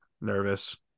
nervous